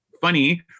funny